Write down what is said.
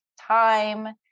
time